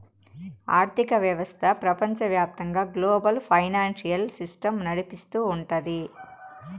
ఆర్థిక వ్యవస్థ ప్రపంచవ్యాప్తంగా గ్లోబల్ ఫైనాన్సియల్ సిస్టమ్ నడిపిస్తూ ఉంటది